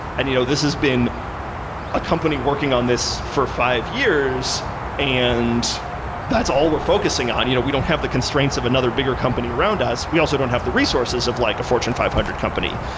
and you know this has been a company working on this for five years and that's all we're focusing on. you know we don't have the constraints of another bigger company around us. we also don't have the resources of like a fortune five hundred company,